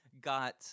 Got